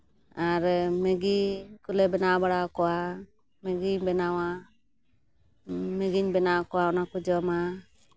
ᱟᱨ ᱢᱮᱜᱤ ᱠᱚᱞᱮ ᱵᱮᱱᱟᱣ ᱵᱟᱲᱟᱣᱟᱠᱚᱣᱟ ᱢᱮᱜᱤᱧ ᱵᱮᱱᱟᱣᱟ ᱢᱮᱜᱤᱧ ᱵᱮᱱᱟᱣᱟᱠᱚᱣᱟ ᱚᱱᱟ ᱠᱚ ᱡᱚᱢᱟ